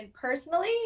personally